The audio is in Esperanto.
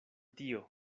tio